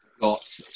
Got